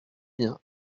bien